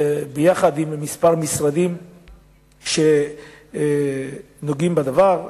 יחד עם כמה משרדים שנוגעים בדבר,